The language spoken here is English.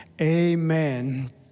amen